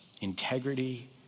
Integrity